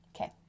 Okay